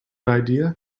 idea